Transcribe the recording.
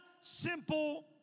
simple